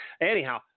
anyhow